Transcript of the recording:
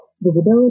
visibility